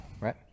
Right